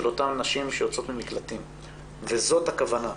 אותן נשים שיוצאות ממקלטים וזאת הכוונה.